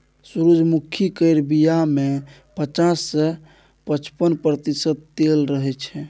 सूरजमुखी केर बीया मे पचास सँ पचपन प्रतिशत तेल रहय छै